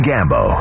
Gambo